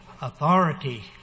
authority